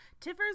Tiffer's